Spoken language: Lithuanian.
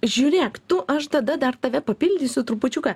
žiūrėk tu aš tada dar tave papildysiu trupučiuką